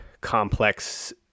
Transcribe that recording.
complex